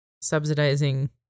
subsidizing